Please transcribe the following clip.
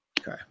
Okay